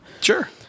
Sure